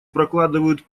прокладывают